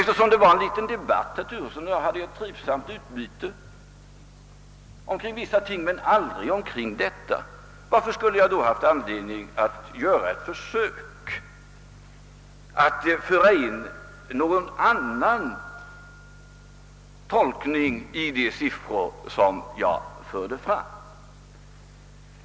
Eftersom herr Turesson och jag hade en liten trivsam debatt om vissa ting men aldrig om denna sak, varför skulle jag då haft anledning att göra ett försök att föra in någon annan tolkning i de siffror som jag förde fram?